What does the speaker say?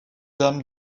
dame